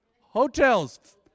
Hotels